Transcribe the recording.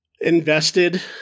invested